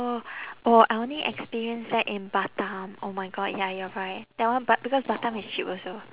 oh oh I only experience that in batam oh my god ya you're right that one but because batam is cheap also